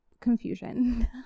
confusion